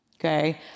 Okay